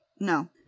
No